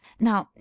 now,